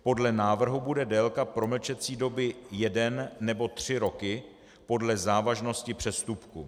Podle návrhu bude délka promlčecí doby 1 nebo 3 roky, podle závažnosti přestupku.